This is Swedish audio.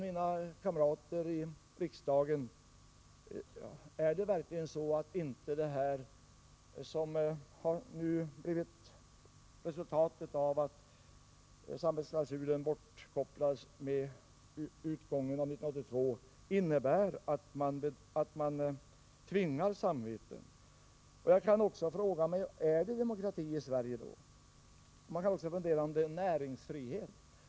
Mina kamrater i riksdagen, är det verkligen inte så att resultatet av att samvetsklausulen togs bort i och med utgången av 1982 innebär att man tvingar samveten? Jag kan också fråga: Är det demokrati i Sverige då? Man kan också fundera över om det är näringsfrihet.